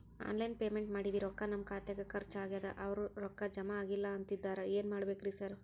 Online payment ಮಾಡೇವಿ ರೊಕ್ಕಾ ನಮ್ ಖಾತ್ಯಾಗ ಖರ್ಚ್ ಆಗ್ಯಾದ ಅವ್ರ್ ರೊಕ್ಕ ಜಮಾ ಆಗಿಲ್ಲ ಅಂತಿದ್ದಾರ ಏನ್ ಮಾಡ್ಬೇಕ್ರಿ ಸರ್?